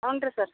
ಹ್ಞೂ ರೀ ಸರ್